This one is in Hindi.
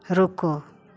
रुको